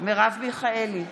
מרב מיכאלי,